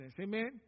Amen